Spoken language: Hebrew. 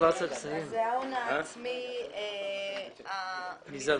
סעיף 38, הון עצמי מזערי.